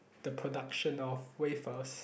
the production of wafers